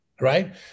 right